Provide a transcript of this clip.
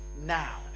now